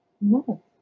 No